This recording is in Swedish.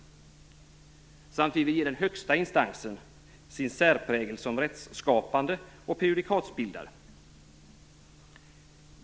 Vi vill därmed ge den högsta instansen sin särprägel som rättsskapande och prejudikatsbildare.